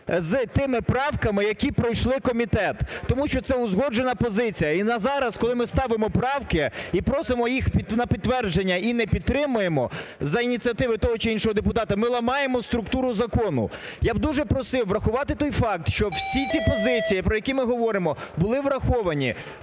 з тими правками, які пройшли комітет, тому що це узгоджена позиція. І на зараз, коли ми ставимо правки і просимо їх на підтвердження і не підтримуємо за ініціативи того чи іншого депутата, ми ламаємо структуру закону. Я б дуже просив врахувати той факт, що всі ті позиції, про які ми говоримо, були враховані.